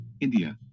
India